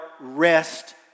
Rest